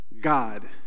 God